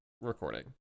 recording